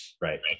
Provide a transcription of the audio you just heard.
right